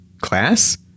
class